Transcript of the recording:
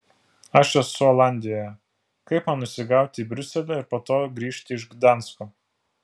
aš esu olandijoje kaip man nusigauti į briuselį ir po to grįžti iš gdansko